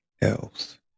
else